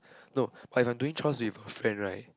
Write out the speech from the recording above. no when I'm doing chores with a friend right